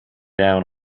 down